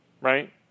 right